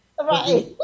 Right